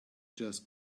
just